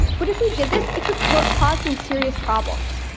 but if we did this, it could could cause some serious problems.